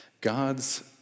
God's